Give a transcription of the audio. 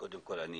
קודם כול אני